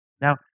Now